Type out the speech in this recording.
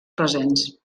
presents